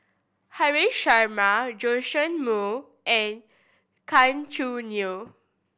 Haresh Sharma Joash Moo and Gan Choo Neo